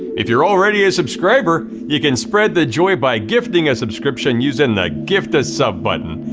if you're already a subscriber, you can spread the joy by gifting a subscription using the gift a sub button.